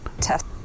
Test